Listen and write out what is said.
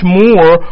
more